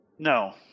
No